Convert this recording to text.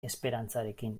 esperantzarekin